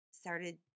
started